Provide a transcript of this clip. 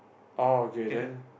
uh okay then